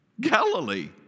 Galilee